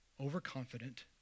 overconfident